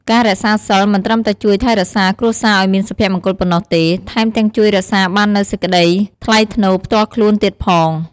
ការរក្សាសីលមិនត្រឹមតែជួយថែរក្សាគ្រួសារឲ្យមានសុភមង្គលប៉ុណ្ណោះទេ ថែមទាំងជួយរក្សាបាននូវសេចក្តីថ្លៃថ្នូរផ្ទាល់ខ្លួនទៀតផង។